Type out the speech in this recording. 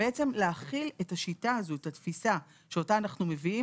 זה בעצם להחיל את השיטה הזו ואת התפיסה שאותה אנחנו מביאים.